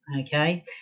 Okay